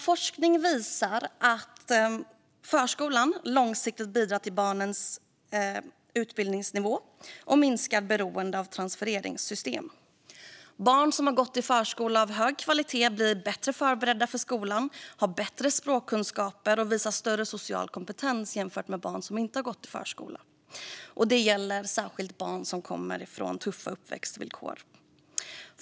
Forskning visar att förskolan långsiktigt bidrar till barnens utbildningsnivå och minskar beroende av transfereringssystem. Barn som har gått i förskola av hög kvalitet blir bättre förberedda för skolan, har bättre språkkunskaper och visar större social kompetens jämfört med barn som inte har gått i förskola. Detta gäller särskilt barn som har tuffa uppväxtvillkor.